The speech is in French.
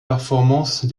performances